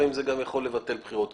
לפעמים זה גם יכול לבטל בחירות.